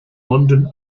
london